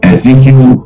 Ezekiel